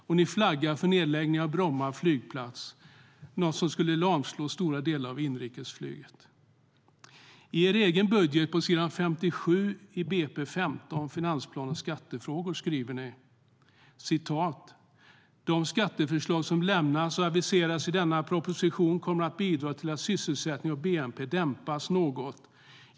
På s. 57 i er egen budget, budgetpropositionen för 2015, under finansplan och skattefrågor skriver ni:"De skatteförslag som lämnas och aviseras i denna proposition kommer att bidra till att sysselsättningen och bnp dämpas något.